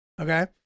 Okay